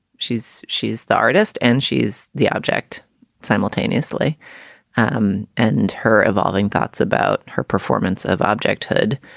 she's she's the artist and she's the object simultaneously um and her evolving thoughts about her performance of object hood.